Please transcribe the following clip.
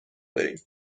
داریم